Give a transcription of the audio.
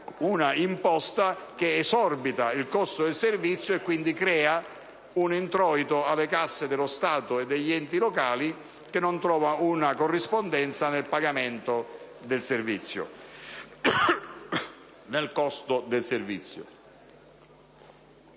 una imposta che esorbita il costo del servizio e quindi crea un introito alle casse dello Stato e degli enti locali che non trova una corrispondenza nel costo del servizio.